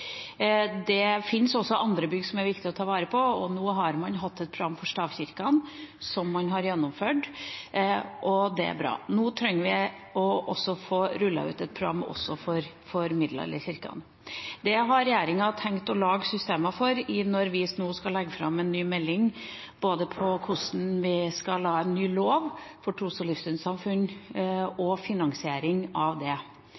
Det finnes også andre bygg som det er viktig å ta vare på. Nå har man hatt et program for stavkirkene, som man har gjennomført, og det er bra. Nå trenger vi å få rullet ut et program også for middelalderkirkene. Det har regjeringa tenkt å lage systemer for når vi nå skal legge fram en ny melding, både for ny lov for tros- og livssynssamfunn og finansiering av dette. I det